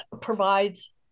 provides